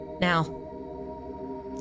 now